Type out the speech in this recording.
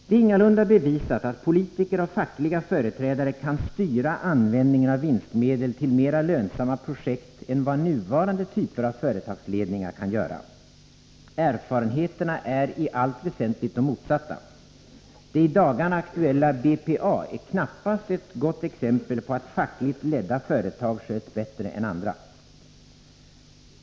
Det är ingalunda bevisat att politiker och fackliga företrädare kan styra användningen av vinstmedel till mer lönsamma projekt än vad nuvarande typer av företagsledningar kan göra. Erfarenheterna är i allt väsentligt de motsatta. Det i dagarna aktuella företaget BPA är knappast ett gott exempel på att fackligt ledda företag sköts bättre än andra.